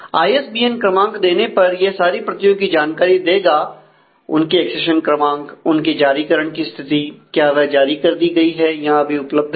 ISBN क्रमांक देने पर यह सारी प्रतियों की जानकारी देगा उनके एक्सेशन क्रमांक उनके जारीकरण की स्थिति क्या वह जारी कर दी गई है या अभी उपलब्ध है